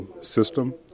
system